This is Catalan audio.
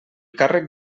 càrrec